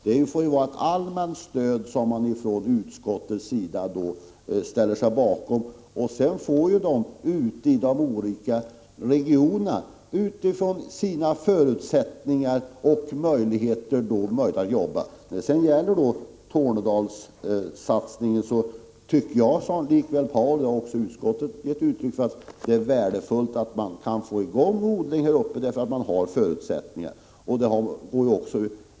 Det får vara ett allmänt stöd som vi från utskottets sida ställer oss bakom, och sedan får man ute i de olika regionerna, utifrån sina olika förutsättningar, jobba med de möjligheterna. När det gäller Tornedalssatsningen tycker jag som Paul Lestander — och det har också utskottet gett uttryck för — att det är värdefullt att kunna få i gång en odling här uppe eftersom man har förutsättningarna.